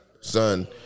son